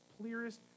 clearest